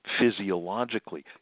physiologically